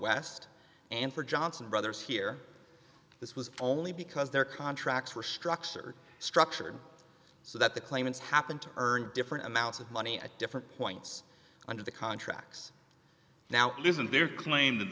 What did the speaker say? west and for johnson brothers here this was only because their contracts were structured structured so that the claimants happened to earn different amounts of money at different points under the contracts now isn't their claim that